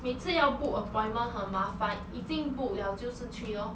每次要 book appointment 很麻烦已经 book 了就是去 lor